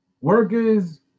Workers